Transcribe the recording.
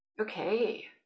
okay